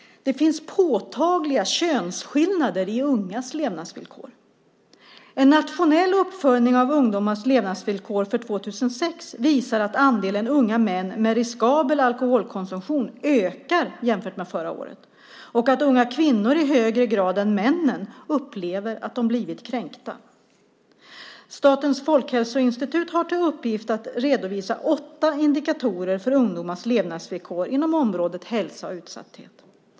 Det finns påtagliga könsskillnader i ungas levnadsvillkor. En nationell uppföljning av ungdomars levnadsvillkor för 2006 visar att andelen unga män med riskabel alkoholkonsumtion ökar jämfört med förra året och att unga kvinnor i högre grad än männen upplever att de blivit kränkta. Statens folkhälsoinstitut har till uppgift att redovisa åtta indikatorer för ungdomars levnadsvillkor inom området hälsa och utsatthet.